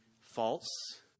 false